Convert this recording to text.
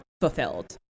fulfilled